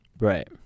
Right